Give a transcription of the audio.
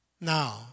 Now